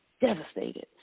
devastated